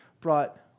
brought